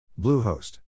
Bluehost